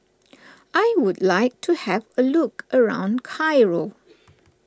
I would like to have a look around Cairo